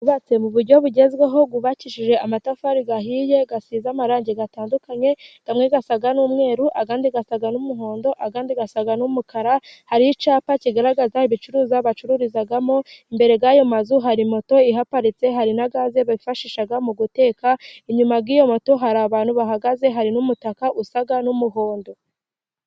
Amazu y'ubatswe mu buryo bugezweho yubakishije amatafari ahiye, asize amarange atandukanye, amwe asama n'umweru, andi asa n'umuhondo, andi asa n'umukara, hari icapa kigaragaza ibicuruzwa bacururizamo. Imbere y'ayo mazu hari moto ihaparitse hari na gaze bifashisha mu guteka. Inyuma y'iyo moto hari abantu bahagaze hari n'umutaka usa n'umuhondo.